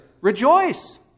rejoice